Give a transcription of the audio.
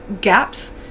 gaps